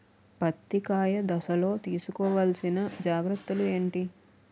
పత్తి కాయ దశ లొ తీసుకోవల్సిన జాగ్రత్తలు ఏంటి?